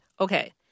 okay